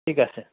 ঠিক আছে